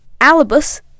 alibus